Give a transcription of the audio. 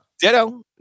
Ditto